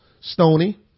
Stony